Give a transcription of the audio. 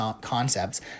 concepts